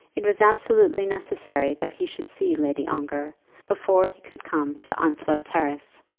it was absolutely necessary that he should see lady ongar before he could come to onslow terrace,